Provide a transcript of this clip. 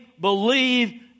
believe